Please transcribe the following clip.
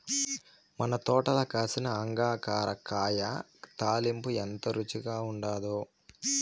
మన తోటల కాసిన అంగాకర కాయ తాలింపు ఎంత రుచిగా ఉండాదో